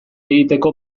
egiteko